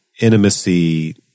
intimacy